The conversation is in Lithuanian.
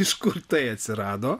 iš kur tai atsirado